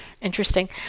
interesting